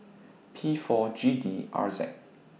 P four G D R Z